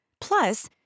Plus